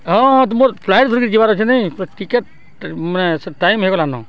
ହଁ ହଁ ତ ମୋର ଫ୍ଲାଇଟ୍ ଯିବାର୍ ଅଛି ନେଇଁ ଟିକେଟ ମାନେ ଟାଇମ୍ ହେଇଗଲା ନ